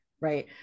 Right